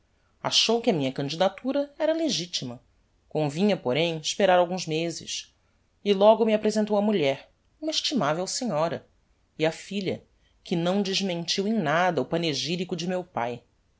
achou que a minha candidatura era legitima convinha porém esperar alguns mezes e logo me apresentou á mulher uma estimavel senhora e á filha que não desmentiu em nada o panegyrico de meu pae